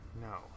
No